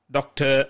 Doctor